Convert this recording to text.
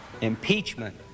Impeachment